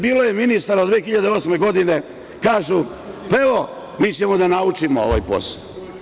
Bilo je ministara od 2008. godine, kažu – mi ćemo da naučimo ovaj posao.